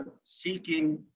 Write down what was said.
seeking